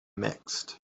mixed